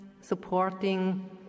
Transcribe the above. supporting